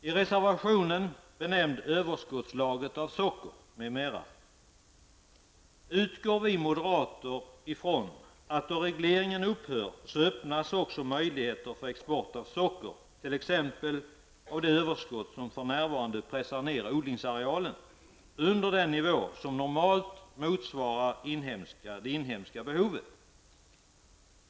I den reservation som benämns Överskottslagret av socker m.m. utgår vi moderater från att det, då regleringen upphör, kommer att öppnas möjligheter för export av socker, t.ex. det överskott som för närvarande pressar ned odlingsarealen under den nivå som normalt motsvarar det inhemska behovet.